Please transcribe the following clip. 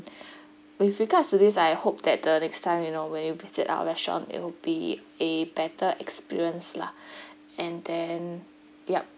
with regards to this I hope that the next time you know when you visit our restaurant it'll be a better experience lah and then yup